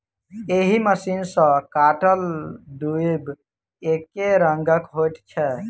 एहि मशीन सॅ काटल दुइब एकै रंगक होइत छै